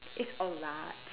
it's a lot